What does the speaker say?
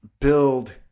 build